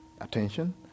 attention